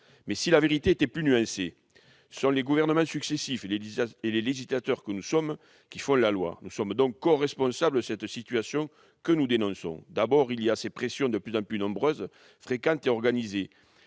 Et si la vérité était plus nuancée ? Ce sont les gouvernements successifs et les législateurs que nous sommes qui font la loi. Nous sommes donc coresponsables de la situation que nous dénonçons. D'abord, il y a ces pressions de plus en plus nombreuses, fréquentes et organisées.